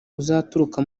uzaturuka